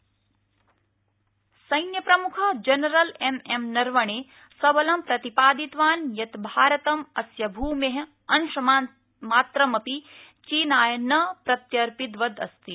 स््रचिप्रमुख सैन्यप्रमुख general M M Naravane सबलं प्रतिपादितवान् यत् भारतम् अस्य भूमे अंशमात्रमपि चीनाय न प्रत्यर्पितवद् अस्ति